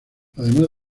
además